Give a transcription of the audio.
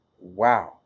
Wow